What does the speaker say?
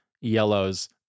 yellows